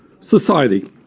society